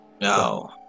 No